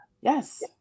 Yes